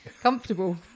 comfortable